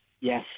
Yes